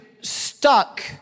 stuck